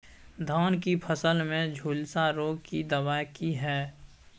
धान की फसल में झुलसा रोग की दबाय की हय?